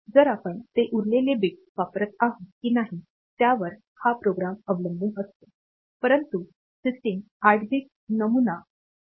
जर आपण ते उरलेले बिट्स वापरत आहोत की नाहीत्यावर हा प्रोग्राम अवलंबून असतो परंतु सिस्टम 8 बिट नमुना Pattern